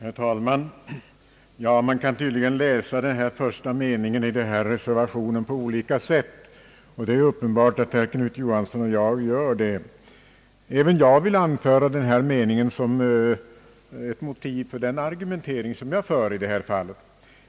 Herr talman! Man kan tydligen läsa den första meningen i den här ifrågavarande reservationen på olika sätt. Det är uppenbart att herr Knut Johansson och jag gör det. även jag vill anföra denna mening som ett stöd för den argumentation som jag för i detta fall.